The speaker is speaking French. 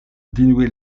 dénouer